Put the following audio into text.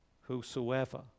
whosoever